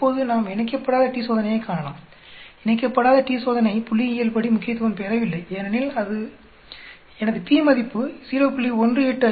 இப்போது நாம் இணைக்கப்படாத t சோதனையை காணலாம் இணைக்கப்படாத t சோதனை புள்ளியியல்படி முக்கியத்துவம் பெறவில்லை ஏனெனில் எனது p மதிப்பு 0